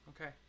Okay